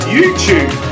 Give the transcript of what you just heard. YouTube